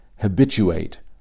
habituate